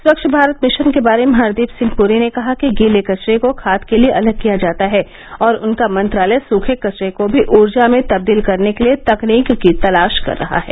स्वच्छ भारत मिशन के बारे में हरदीप सिंह पुरी ने कहा कि गीले कचरे को खाद के लिए अलग किया जाता है और उनका मंत्रालय सूखे कचरे को भी ऊर्जा में तब्दील करने के लिए तकनीक की तलाश कर रहा है